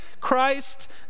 Christ